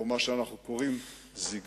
או מה שאנחנו קוראים זיגזגים,